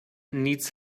needs